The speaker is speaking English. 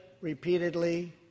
repeatedly